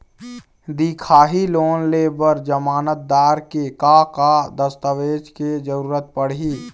दिखाही लोन ले बर जमानतदार के का का दस्तावेज के जरूरत पड़ही?